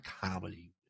comedy